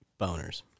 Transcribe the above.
Boners